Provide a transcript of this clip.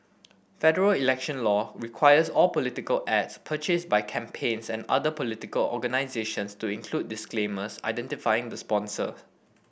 federal election law requires all political ads purchased by campaigns and other political organisations to include disclaimers identifying the sponsor